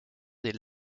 des